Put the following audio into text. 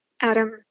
Adam